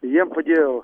jiem padėjo